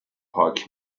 پاک